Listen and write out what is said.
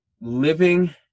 living